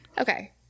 Okay